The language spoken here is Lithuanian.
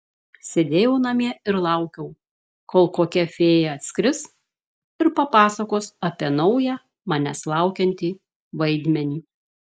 sėdėjau namie ir laukiau kol kokia fėja atskris ir papasakos apie naują manęs laukiantį vaidmenį